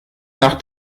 nach